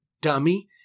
dummy